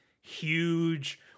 huge